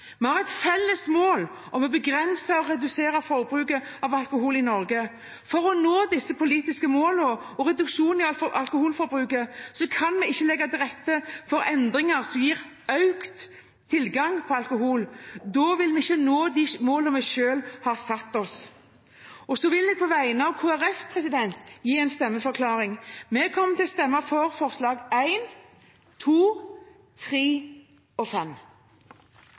Vi har et felles mål om å begrense og redusere forbruket av alkohol i Norge. For å nå disse politiske målene og en reduksjon i alkoholforbruket kan vi ikke legge til rette for endringer som gir økt tilgang til alkohol. Da vil vi ikke nå de målene vi selv har satt oss. Så vil jeg på vegne av Kristelig Folkeparti gi en stemmeforklaring. Vi kommer til å stemme for forslag nr. 1, 2, 3 og